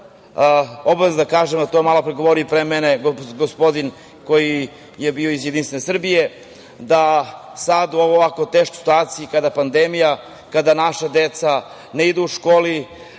sam da kažem, to je malopre govorio pre mene gospodin koji je bio iz Jedinstvene Srbije, da sada u ovako teškoj situaciji kada je pandemija, kada naša deca ne idu školu,